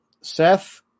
seth